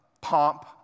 pomp